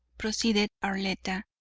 proceeded arletta,